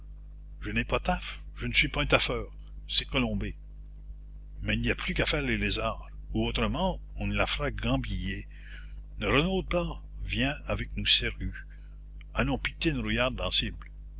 je n'ai pas taf je ne suis pas un taffeur c'est colombé mais il n'y a plus qu'à faire les lézards ou autrement on nous la fera gambiller ne renaude pas viens avec nousiergue allons picter une rouillarde